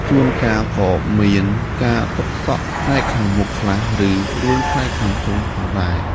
ជួនកាលក៏មានការទុកសក់ផ្នែកខាងមុខខ្លះ ឬរួញផ្នែកខាងចុងផងដែរ។